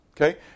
Okay